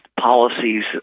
policies